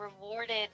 rewarded